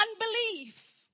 unbelief